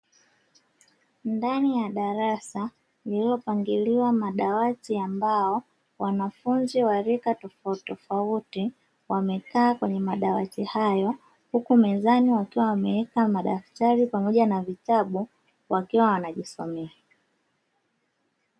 Ndani ya darasa lililopangiliwa madawati ya mbao, wanafunzi wa rika tofautitofauti wamekaa kwenye madawati hayo, huku mezani wakiwa wameweka madaftari pamoja na vitabu wakiwa wanajisomea.